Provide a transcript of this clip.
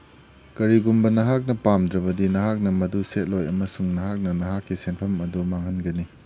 ꯀꯔꯤꯒꯨꯝꯕ ꯅꯍꯥꯛꯅ ꯄꯥꯝꯗ꯭ꯔꯕꯗꯤ ꯅꯍꯥꯛꯅ ꯃꯗꯨ ꯁꯦꯠꯂꯣꯏ ꯑꯃꯁꯨꯡ ꯅꯍꯥꯛꯅ ꯅꯍꯥꯛꯀꯤ ꯁꯦꯟꯐꯝ ꯑꯗꯨ ꯃꯥꯡꯍꯟꯒꯅꯤ